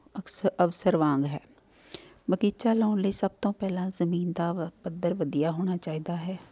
ਅਕਸ ਅਵਸਰ ਵਾਂਗ ਹੈ ਬਗੀਚਾ ਲਾਉਣ ਲਈ ਸਭ ਤੋਂ ਪਹਿਲਾਂ ਜਮੀਨ ਦਾ ਵ ਪੱਧਰ ਵਧੀਆ ਹੋਣਾ ਚਾਹੀਦਾ ਹੈ